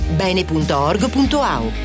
bene.org.au